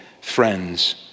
friends